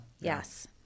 Yes